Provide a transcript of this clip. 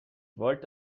wollte